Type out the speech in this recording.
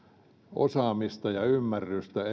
osaamista ja ymmärrystä